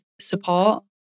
support